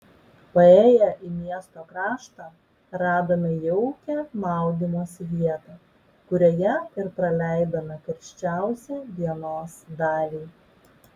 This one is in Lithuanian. paėję į miesto kraštą radome jaukią maudymosi vietą kurioje ir praleidome karščiausią dienos dalį